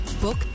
book